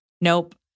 Nope